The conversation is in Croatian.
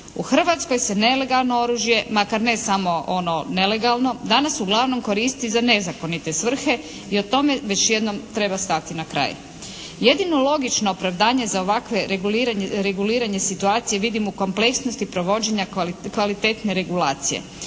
U Hrvatskoj se nelegalno oružje, makar ne samo ono nelegalno danas uglavnom koristi za nezakonite svrhe i tome već jednom treba stati na kraj. Jedino logično opravdanje za ovakvo reguliranje situacije vidim u kompleksnosti provođenja kvalitetne regulacije.